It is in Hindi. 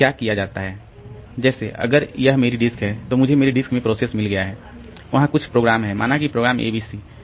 तो क्या किया जाता है जैसे अगर यह मेरी डिस्क है तो मुझे मेरी डिस्क में प्रोसेस मिल गया हैवहां कुछ प्रोग्राम है माना कि प्रोग्राम abc है